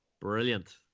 brilliant